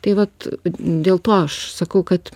tai vat dėl to aš sakau kad